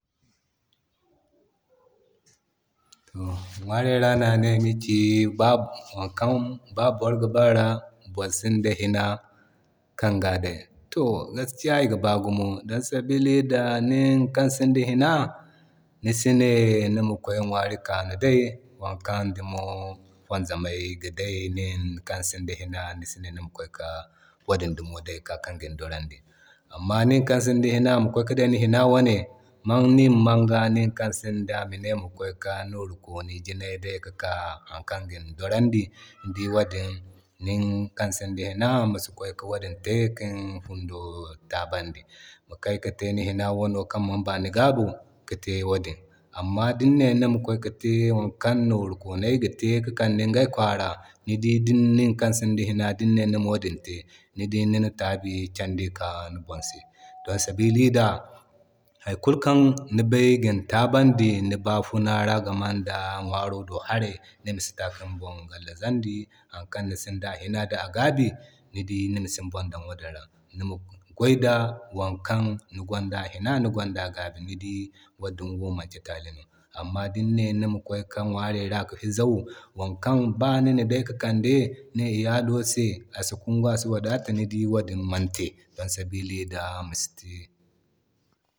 Ŋwaro ra no ane ay ma ci har kan ba boro ga ba ra boro sinda hina kan ga day. To gaskiya iga baa gumo, don sabili da nin kan sinda hina nisi ne nima kway ka ŋwari kaano day wo kan kina wanzamey ga day din, nin kan sinda hina nisi ne nima kway ka wadin kina day kan ŋin dorandi. Amma nin kan sinda hina nima kway ka day ni hina wane, manni man ga ni kan sinda mi ne ma kway ki nooru koney giney day ki ka har kan gin dorandi. Ni dii wadin nin kan sinda hina misi kway ki wadin te kin fundo taaban di. Mi Kay ki te ni hina wano kan man ba ni gaabo ki te wadin. Amma din ne Nima kway ki te wo din kan nooru koney ka te ka kandw ngey Kwara ni dii ninkan sin da hina di ni ne Nima wadin te ni dii Nina taabi kendi ki kaa ni bon se. Don sabili da hay kulkan ni bay gin taaban di ni baafuna ra gamen da ŋwaro do hara, ni mi si ta kin bon gallazandi. Hari kan ni sin da hina da gaabi ni dii nimi si ni bon don wadin ra. Nima gway da wo kan ni gwanda a hina ni gwanda a hina ni gwanda a gabi ni dii wadinwo manti tali no. Amma di nine nima kway ŋwaro ra ka fizau wo kan ba nina day ka kande ni wane iyalo se a si kungu a si wadata ni dii wadin man te, don sabili da amisite